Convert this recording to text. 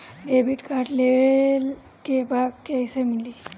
Debit card लेवे के बा कईसे मिली?